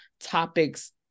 topics